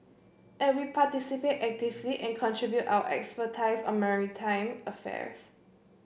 and we participate actively and contribute our on maritime affairs